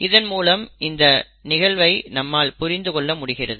இதன் மூலம் இந்த நிகழ்வை நம்மால் புரிந்துகொள்ள முடிகிறது